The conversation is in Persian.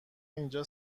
اینجا